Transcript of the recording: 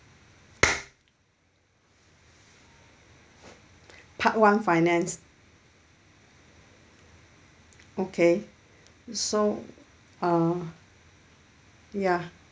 part one finance okay so um ya